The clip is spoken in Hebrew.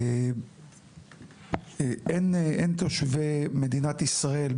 אין תושבי מדינת ישראל,